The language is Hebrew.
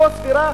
לא סבירה,